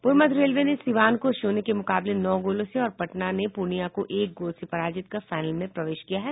पूर्व मध्य रेलवे ने सीवान को शून्य के मुकाबले नौ गोलों से और पटना ने पूर्णियां को एक गोल से पराजित कर फाइनल में प्रवेश किया है